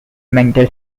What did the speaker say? mental